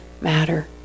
matter